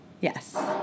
Yes